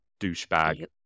douchebag